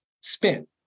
spin